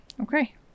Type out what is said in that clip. okay